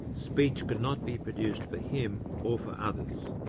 speech could not be produced for him or for others.